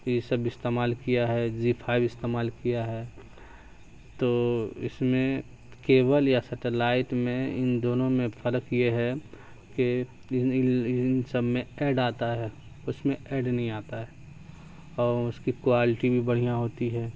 یہ سب استعمال کیا ہے جی فائیو استعمال کیا ہے تو اس میں کیبل یا سیٹلائٹ میں ان دونوں میں فرق یہ ہے کہ ان ان ان سب میں ایڈ آتا ہے اس میں ایڈ نہیں آتا ہے اور اس کی کوالٹی بھی بڑھیاں ہوتی ہے